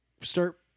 start